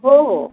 हो हो